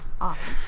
Awesome